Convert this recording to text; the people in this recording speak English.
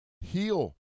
heal